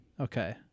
Okay